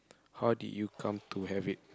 how did you come to have it